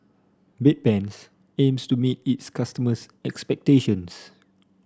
Bedpans aims to meet its customers' expectations